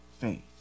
faith